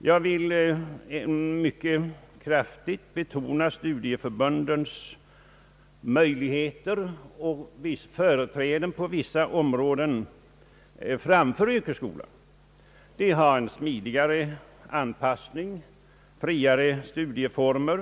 Jag vill mycket kraftigt betona studieförbundens möjligheter och företräden på vissa områden. De har en smidigare anpassning och friare studieformer.